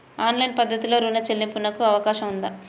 Online పద్ధతిలో రుణ చెల్లింపునకు అవకాశం ఉందా?